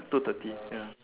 two thirty ya